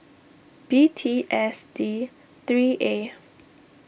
B T S D three A